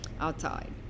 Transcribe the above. outside